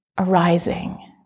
arising